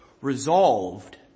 Resolved